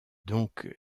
donc